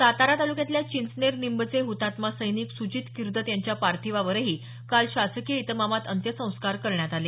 सातारा तालुक्यातल्या चिंचनेर निंबचे हुतात्मा सैनिक सुजित किर्दत यांच्या पार्थिवावरही काल शासकीय इतमामात अंत्यसंस्कार करण्यात आले